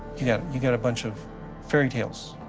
yeah you've got a bunch of fairy tales,